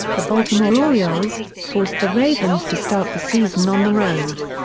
the baltimore orioles, forced the ravens to start the season on the road.